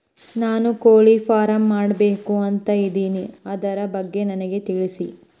ನಾನು ಕೋಳಿ ಫಾರಂ ಮಾಡಬೇಕು ಅಂತ ಇದಿನಿ ಅದರ ಬಗ್ಗೆ ನನಗೆ ತಿಳಿಸಿ?